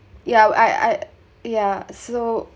yeah I I yeah so